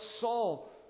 Saul